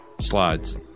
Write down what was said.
slides